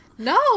No